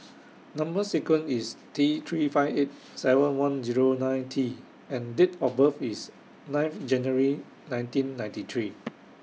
Number sequence IS T three five eight seven one Zero nine T and Date of birth IS nine of January nineteen ninety three